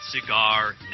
Cigar